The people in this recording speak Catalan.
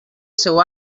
seu